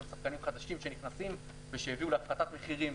שחקנים חדשים שנכנסים ושהביאו להפחתת מחירים